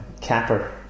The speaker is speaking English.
capper